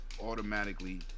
automatically